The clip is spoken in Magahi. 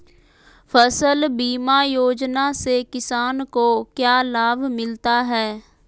फसल बीमा योजना से किसान को क्या लाभ मिलता है?